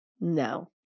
no